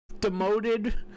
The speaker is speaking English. demoted